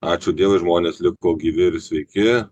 ačiū dievui žmonės liko gyvi ir sveiki